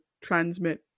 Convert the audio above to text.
transmit